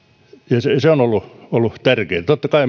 se on ollut ollut tärkeätä totta kai